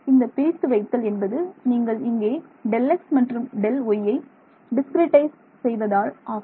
இந்த பிரித்து வைத்தல் என்பது நீங்கள் இங்கே Δx மற்றும் Δy யை டிஸ்கிரிட்டைஸ் செய்வதால் ஆகும்